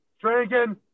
drinking